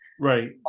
Right